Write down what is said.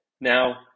Now